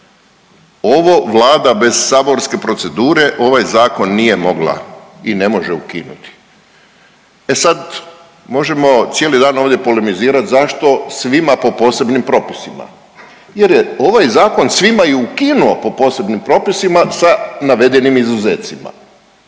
Ovo Vlada bez saborske procedure ovaj Zakon nije mogla i ne može ukinuti. E sad, možemo cijeli dan ovdje polemizirati zašto svima po posebnim propisima. Jer je ovaj Zakon svima i ukinuo po posebnim propisima sa navedenim izuzecima.